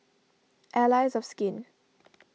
Allies of Skin